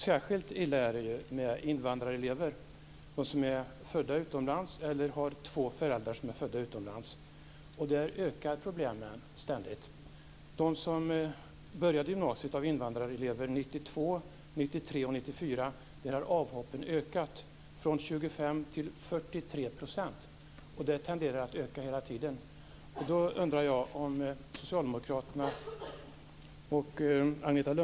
Särskilt illa är det med invandrarelever som är födda utomlands eller som har två föräldrar som är födda utomlands. Där ökar problemen ständigt. Bland de invandrarelever som började gymnasiet 1992, 1993 och 1994 har avhoppen ökat från 25 % till 43 %.